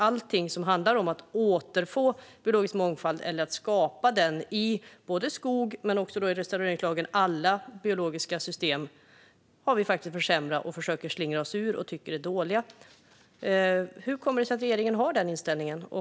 Allt som handlar om att återfå biologisk mångfald eller skapa sådan i skogen och, enligt restaureringslagen, alla biologiska system försämrar vi, försöker att slingra oss ur och tycker är dåliga. Hur kommer det sig att regeringen har den inställningen?